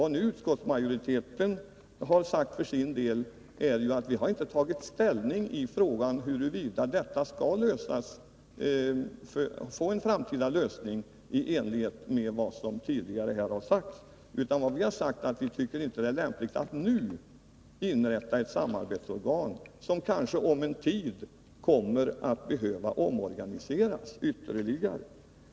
Det utskottsmajoriteten för sin del har sagt är att vi inte har tagit ställning till huruvida frågan skall få en framtida lösning i enlighet med vad som tidigare har sagts. Vi har sagt att vi inte tycker att det är lämpligt att nu inrätta ett samarbetsorgan, som kanske om en tid kommer att behöva omorganiseras ytterligare.